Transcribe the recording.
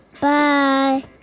Bye